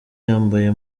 yambaye